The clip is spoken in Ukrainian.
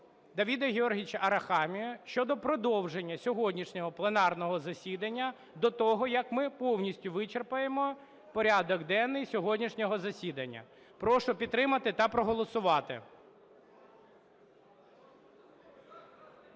Давида Георгійовича Арахамії щодо продовження сьогоднішнього пленарного засідання до того, як ми повністю вичерпаємо порядок денний сьогоднішнього засідання. Прошу підтримати та проголосувати.